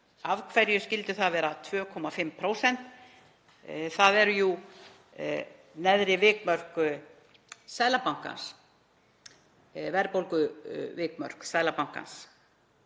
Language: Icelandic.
Af hverju skyldi það vera 2,5%? Það eru jú neðri vikmörk Seðlabankans, verðbólguvikmörk Seðlabankans.